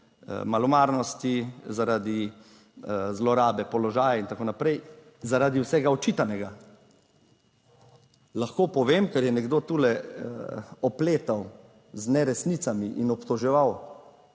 malomarnosti, zaradi zlorabe položaja in tako naprej zaradi vsega očitanega. Lahko povem, ker je nekdo tule opletal z neresnicami in obtoževal,